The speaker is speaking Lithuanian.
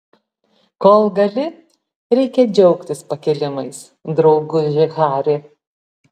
kol gali reikia džiaugtis pakilimais drauguži hari